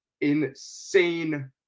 insane